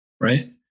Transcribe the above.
right